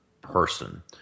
person